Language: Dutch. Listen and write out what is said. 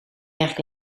werk